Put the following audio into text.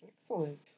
Excellent